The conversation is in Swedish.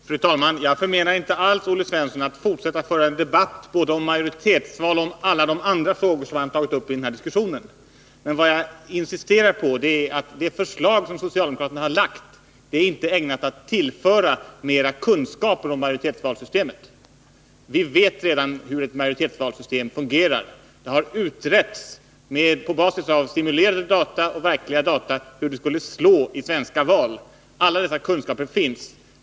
Fru talman! Jag förmenar inte alls Olle Svensson rätten att fortsätta att föra en debatt både om majoritetsval och om alla de andra frågor som han har tagit upp i denna diskussion. Men vad jag insisterar på är att det förslag som socialdemokraterna har lagt inte är ägnat att tillföra oss mer kunskap om majoritetsvalsystemet. Vi vet redan hur ett sådant fungerar. På basis av simulerade data och verkliga data har det utretts hur det skulle slå i svenska val.